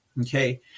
Okay